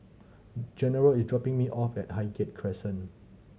General is dropping me off at Highgate Crescent